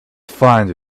find